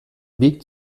wiegt